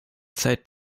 zeit